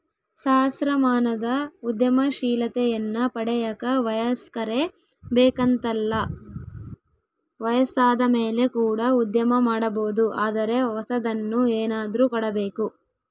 ಸಹಸ್ರಮಾನದ ಉದ್ಯಮಶೀಲತೆಯನ್ನ ಪಡೆಯಕ ವಯಸ್ಕರೇ ಬೇಕೆಂತಲ್ಲ ವಯಸ್ಸಾದಮೇಲೆ ಕೂಡ ಉದ್ಯಮ ಮಾಡಬೊದು ಆದರೆ ಹೊಸದನ್ನು ಏನಾದ್ರು ಕೊಡಬೇಕು